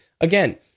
again